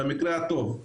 במקרה הטוב.